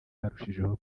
barushijeho